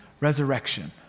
resurrection